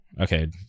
Okay